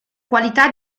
qualità